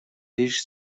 лишь